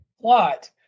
plot